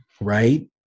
right